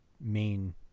main